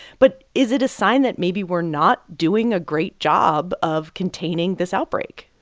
but is it a sign that maybe we're not doing a great job of containing this outbreak?